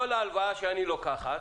כל ההלוואה שאני לוקחת